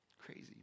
Crazy